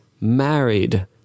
married